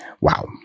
Wow